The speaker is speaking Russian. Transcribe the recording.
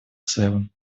целом